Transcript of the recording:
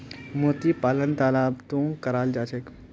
मोती पालन तालाबतो कराल जा छेक